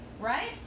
right